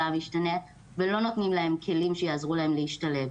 המשתנה ולא נותנים להם כלים שיעזרו להם להשתלב.